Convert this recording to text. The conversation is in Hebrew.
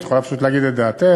את יכולה פשוט להגיד את דעתך,